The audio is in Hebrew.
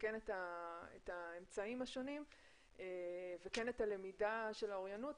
את האמצעים השונים והלמידה של האוריינות,